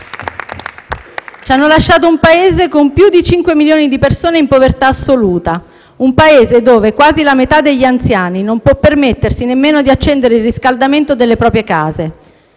ci hanno lasciato un Paese con più di 5 milioni di persone in povertà assoluta, un Paese dove quasi la metà degli anziani non può permettersi nemmeno di accendere il riscaldamento nelle proprie case.